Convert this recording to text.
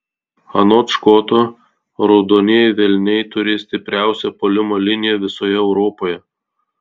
anot škoto raudonieji velniai turės stipriausią puolimo liniją visoje europoje